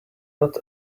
not